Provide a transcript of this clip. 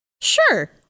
sure